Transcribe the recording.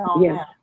Yes